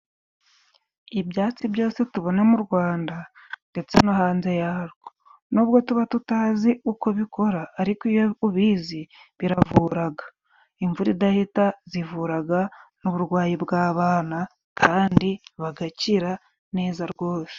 Ibyatsi byose tubona mu Rwanda ndetse no hanze yarwo, nubwo tuba tutazi uko bikora ariko iyo ubizi, biravuraga. Imvura idahita zivuraga n'uburwayi bw'abana kandi bagakira neza rwose.